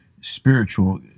spiritual